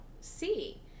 see